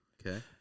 Okay